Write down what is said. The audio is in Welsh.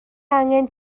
angen